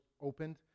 opened